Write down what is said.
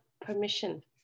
permission